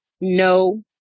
no